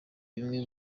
bimwe